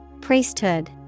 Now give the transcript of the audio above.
Priesthood